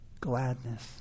gladness